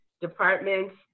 departments